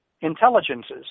intelligences